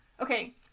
okay